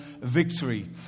victory